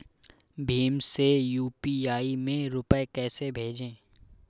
भीम से यू.पी.आई में रूपए कैसे भेजें?